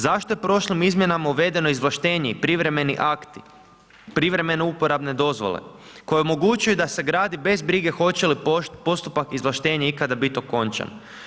Zašto je prošlim izmjenama uvedeno izvlaštenje i privremeni akt privremeno uporabne dozvole, koje omogućuje da sagradi, bez brige, hoće li postupak izvlaštenja ikada biti okončan.